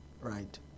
right